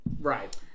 Right